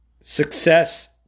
success